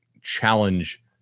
challenge